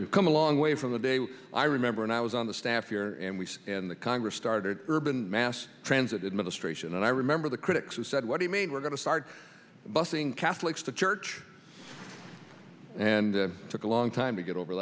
we've come a long way from the day i remember and i was on the staff here and we saw in the congress started urban mass transit administration and i remember the critics who said what do you mean we're going to start bussing catholics to church and it took a long time to get over